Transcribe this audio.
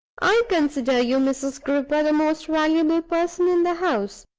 i consider you, mrs. gripper, the most valuable person in the house.